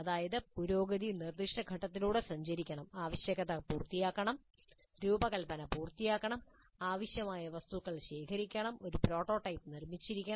അതായത് പുരോഗതി നിർദ്ദിഷ്ട ഘട്ടങ്ങളിലൂടെ സഞ്ചരിക്കണം ആവശ്യകത പൂർത്തിയാക്കണം രൂപകൽപ്പന പൂർത്തിയാക്കണം ആവശ്യമായ വസ്തുക്കൾ ശേഖരിക്കണം ഒരു പ്രോട്ടോടൈപ്പ് നിർമ്മിച്ചിരിക്കണം